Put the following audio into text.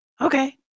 okay